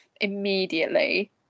immediately